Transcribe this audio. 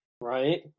Right